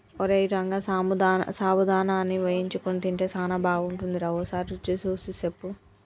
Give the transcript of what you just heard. ఓరై రంగ సాబుదానాని వేయించుకొని తింటే సానా బాగుంటుందిరా ఓసారి రుచి సూసి సెప్పు